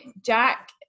Jack